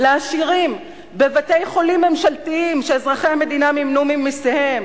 לעשירים בבתי-חולים ממשלתיים שאזרחי המדינה מימנו ממסיהם.